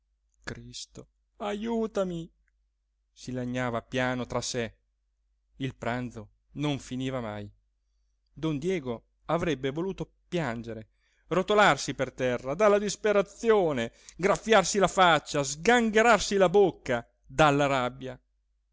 cristo ajutami si lagnava piano tra sé il pranzo non finiva mai don diego avrebbe voluto piangere rotolarsi per terra dalla disperazione graffiarsi la faccia sgangherarsi la bocca dalla rabbia